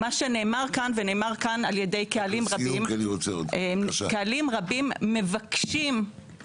הייתי למעלה מ-10 שנים נציגת שר הבינוי והשיכון